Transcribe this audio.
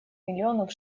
миллионов